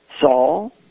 Saul